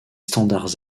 standards